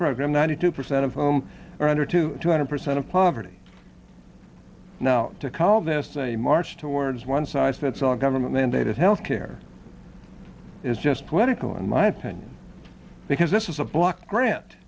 program ninety two percent of them are under two hundred percent of poverty now to call this a march towards one size fits all government mandated health care is just political in my opinion because this is a block grant